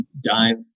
dive